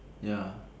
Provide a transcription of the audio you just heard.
ya